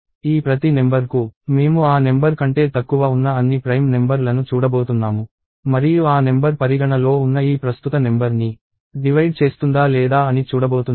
ఈ ప్రతి నెంబర్ కు మేము ఆ నెంబర్ కంటే తక్కువ ఉన్న అన్ని ప్రైమ్ నెంబర్ లను చూడబోతున్నాము మరియు ఆ నెంబర్ పరిగణ లో ఉన్న ఈ ప్రస్తుత నెంబర్ ని డివైడ్ చేస్తుందా లేదా అని చూడబోతున్నాము